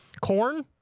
corn